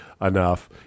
enough